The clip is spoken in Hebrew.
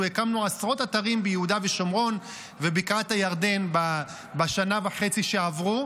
הקמנו עשרות אתרים ביהודה ושומרון ובבקעת הירדן בשנה וחצי שעברו.